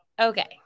okay